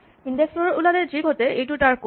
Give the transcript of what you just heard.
index এৰ'ৰ ওলালে যি ঘটে এইটো তাৰ কড